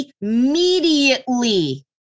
immediately